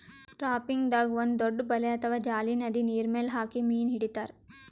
ಟ್ರಾಪಿಂಗ್ದಾಗ್ ಒಂದ್ ದೊಡ್ಡ್ ಬಲೆ ಅಥವಾ ಜಾಲಿ ನದಿ ನೀರ್ಮೆಲ್ ಹಾಕಿ ಮೀನ್ ಹಿಡಿತಾರ್